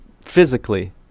physically